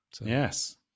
Yes